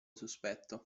sospetto